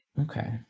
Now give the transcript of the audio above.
okay